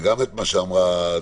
" מה זה אומר?